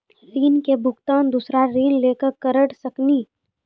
ऋण के भुगतान दूसरा ऋण लेके करऽ सकनी?